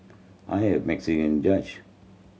I have Mexican judge